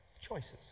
Choices